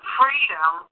freedom